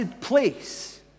place